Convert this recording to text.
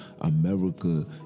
America